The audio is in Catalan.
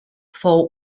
fou